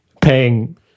paying